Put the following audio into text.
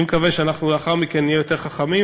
אני מקווה שלאחר מכן נהיה יותר חכמים,